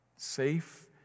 safe